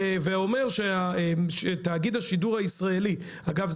ואומר שתאגיד השידור הישראלי אגב,